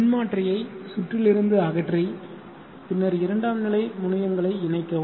மின்மாற்றியை சுற்றில் இருந்து அகற்றி பின்னர் இரண்டாம் நிலை முனையுங்களை இணைக்கவும்